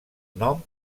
nom